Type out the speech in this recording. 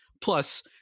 plus